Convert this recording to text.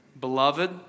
Beloved